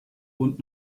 bund